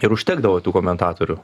ir užtekdavo tų komentatorių